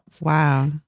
Wow